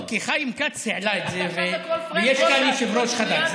לא, כי חיים כץ העלה את זה ויש כאן יושב-ראש חדש.